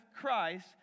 Christ